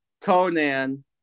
Conan